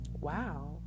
wow